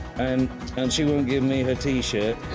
and and she won't give me her t-shirt.